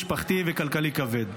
משפחתי וכלכלי כבד.